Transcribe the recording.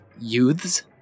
youths